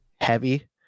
heavy